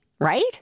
right